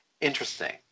interesting